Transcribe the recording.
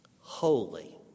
holy